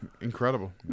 incredible